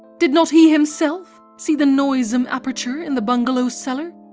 did not he himself see the noisome aperture in the bungalow cellar?